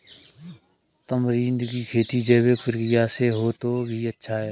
tamarind की खेती जैविक प्रक्रिया से हो तो और भी अच्छा